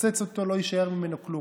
נפוצץ אותו, לא יישאר ממנו כלום.